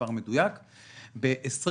ב-2021